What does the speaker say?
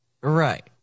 Right